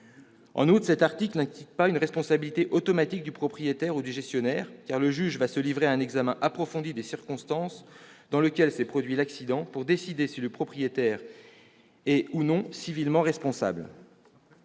En outre, cet article n'implique pas une responsabilité automatique du propriétaire ou du gestionnaire, car le juge va se livrer à un examen approfondi des circonstances dans lesquelles s'est produit l'accident, pour décider si le propriétaire est ou non civilement responsable.